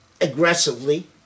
aggressively